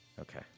Okay